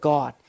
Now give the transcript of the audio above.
God